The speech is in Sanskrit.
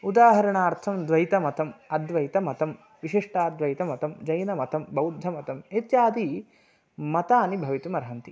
उदाहरणार्थं द्वैतमतम् अद्वैतमतं विशिष्टाद्वैतमतं जैनमतं बौद्धमतम् इत्यादि मतानि भवितुम् अर्हन्ति